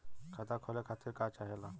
खाता खोले खातीर का चाहे ला?